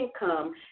income